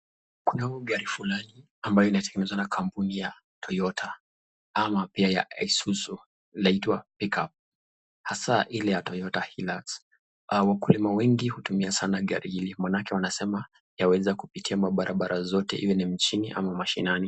Kunayo gari fulani ambayo inatengenezwa na kampuni ya toyota ama pia ya isuzu inaitwa pick-up hasaa ile ya toyota hilux. Wakulima wengi hutumia sana gari hili, maanake wanasema yaweza kupitia mabarabara zote iwe ni mjini ama mashinani.